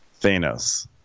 Thanos